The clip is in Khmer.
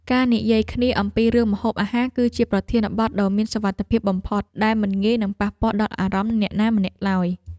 ការនិយាយគ្នាអំពីរឿងម្ហូបអាហារគឺជាប្រធានបទដ៏មានសុវត្ថិភាពបំផុតដែលមិនងាយនឹងប៉ះពាល់ដល់អារម្មណ៍អ្នកណាម្នាក់ឡើយ។